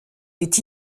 est